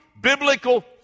biblical